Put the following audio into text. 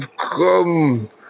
come